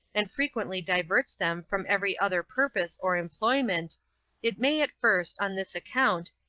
and frequently diverts them from every other purpose or employment it may, at first, on this account,